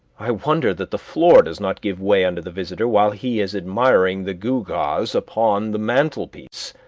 i wonder that the floor does not give way under the visitor while he is admiring the gewgaws upon the mantelpiece,